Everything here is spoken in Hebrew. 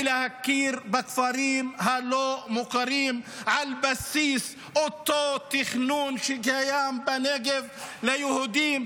להכיר בכפרים הלא-מוכרים על בסיס אותו תכנון שקיים בנגב ליהודים.